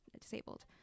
disabled